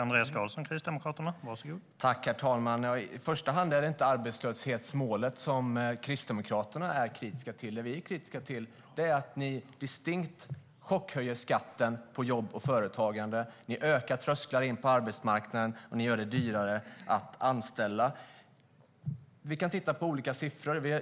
Herr talman! I första hand är det inte arbetslöshetsmålet som Kristdemokraterna är kritiska till. Det vi är kritiska till är att ni distinkt chockhöjer skatten på jobb och företagande. Ni ökar trösklar in på arbetsmarknaden, och ni gör det dyrare att anställa. Vi kan titta på olika siffror.